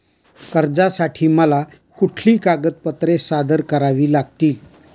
कर्जासाठी मला कुठली कागदपत्रे सादर करावी लागतील?